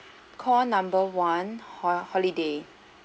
call number one ho~ holiday